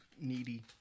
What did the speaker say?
Needy